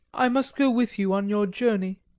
i must go with you on your journey.